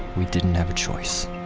we didn't have a choice